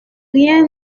rien